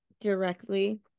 directly